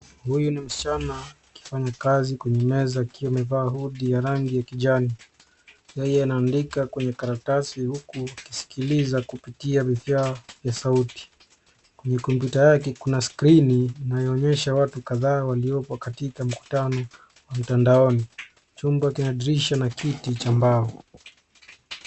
Huyu ni msichana akifanya kazi kwenye meza akiwa amevaa hoodie ya rangi ya kijani. Yeye anaandika kwenye karatasi huku akisikiliza kupitia vifaa vya sauti. Kwenye kompyuta yake kuna skrini inayoonyesha watu kadhaa waliopo katika mkutano wa mtandaoni. Chumba kina dirisha na kiti cha mbao.